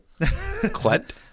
Clint